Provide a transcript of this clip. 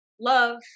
love